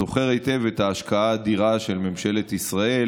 אני זוכר היטב את ההשקעה האדירה של ממשלת ישראל